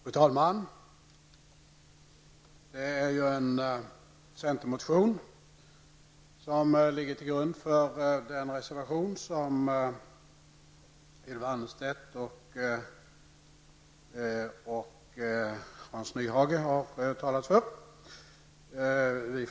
Fru talman! Det är en centermotion som ligger bakom den reservation som Ylva Annerstedt och Hans Nyhage har ställt sig bakom.